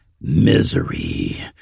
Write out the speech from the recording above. Misery